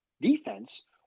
defense